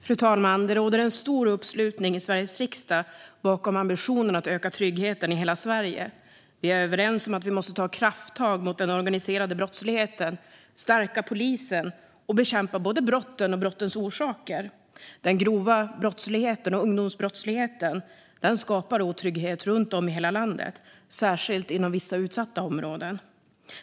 Fru talman! Det råder stor uppslutning i Sveriges riksdag bakom ambitionen att öka tryggheten i hela Sverige. Vi är överens om att vi måste ta krafttag mot den organiserade brottsligheten, stärka polisen och bekämpa både brotten och brottens orsaker. Den grova brottsligheten och ungdomsbrottsligheten skapar otrygghet runt om i hela landet, särskilt inom vissa utsatta områden.